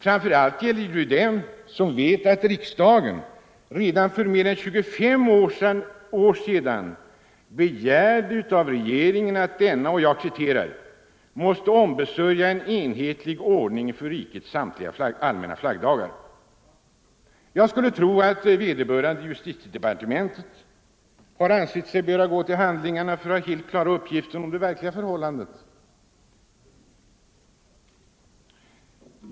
Framför allt gäller det dem som vet att riksdagen för mer än 25 år sedan begärde av regeringen att denna ”måtte ombesörja en enhetlig ordning för rikets samtliga allmänna flaggdagar”. Jag skulle tro att även vederbörande i justitiedepartementet har ansett sig böra gå till handlingarna för att helt klara uppgiften om det verkliga förhållandet.